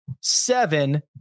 seven